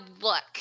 look